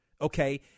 okay